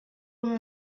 oder